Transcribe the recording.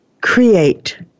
create